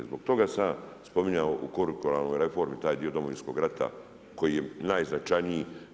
Zbog toga sam ja spominjao u kurikularnoj reformi taj dio Domovinskog rata koji je najznačajniji.